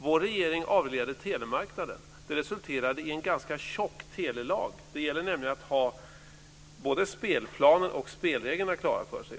Vår regering avreglerade telemarknaden. Det resulterade i en ganska tjock telelag. Det gäller nämligen att ha både spelplanen och spelreglerna klara för sig.